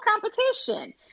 competition